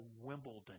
Wimbledon